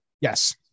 Yes